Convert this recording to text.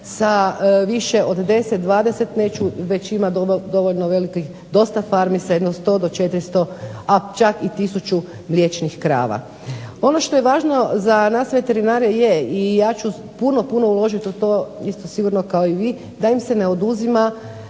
sa više od 10, 20. Neću već ima dovoljno velikih, dosta farmi sa jedno 100 do 400 a čak i 1000 mliječnih krava. Ono što je važno za nas veterinare je i ja ću puno, puno uložiti u to isto sigurno kao i vi da im se ne oduzimaju